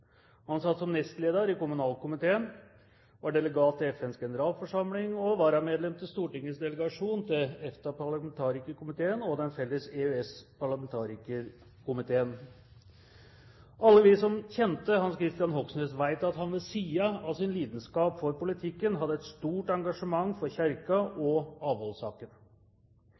Han satt som nestleder i kommunalkomiteen, var delegat til FNs generalforsamling og varamedlem til Stortingets delegasjon til EFTA-parlamentarikerkomiteene og Den felles EØS-parlamentarikerkomiteen. Alle vi som kjente Hans Kristian Hogsnes, vet at han ved siden av sin lidenskap for politikken hadde et stort engasjement for Kirken og avholdssaken.